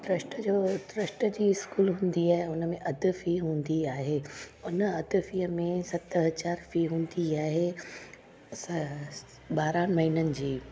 trust जो trust जी school हूंदी आहे हुनमें अधु फ़ी हूंदी आहे हुन अधु फ़ीअ में सत हज़ार फ़ी हूंदी आहे ॿारहंनि महीननि जी